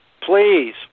please